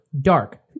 dark